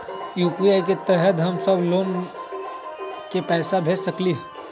UPI के तहद हम सब लोग को पैसा भेज सकली ह?